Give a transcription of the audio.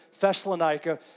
Thessalonica